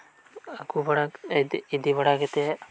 ᱤᱫᱤ ᱵᱟᱲᱟ ᱠᱟᱛᱮᱜ